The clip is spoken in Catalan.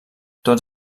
tots